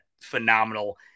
phenomenal